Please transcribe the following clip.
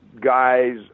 guys